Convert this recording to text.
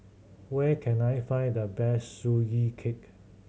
where can I find the best Sugee Cake